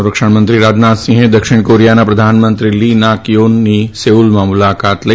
સંરક્ષણ મંત્રી રાજનાથસિંહે દક્ષિણ કોરિયાના પ્રધાનમંત્રી લી નાક યોનની સેઉલમાં મુલાકાત લઈ